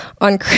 on